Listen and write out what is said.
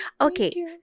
okay